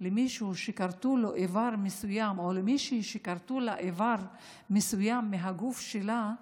למישהו שכרתו לו איבר מסוים או למישהי שכרתו לה איבר מסוים מהגוף שלה,